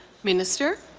minister.